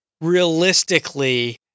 realistically